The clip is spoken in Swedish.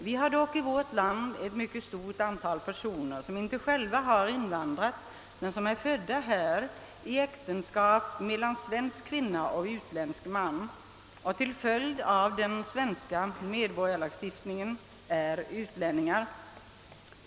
Vi har dock i vårt land ett mycket stort antal personer, som inte själva har invandrat men som är födda här i äktenskap mellan svensk kvinna och utländsk man och till följd av den svenska medborgarskapslag stiftningen är utlänningar.